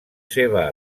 seva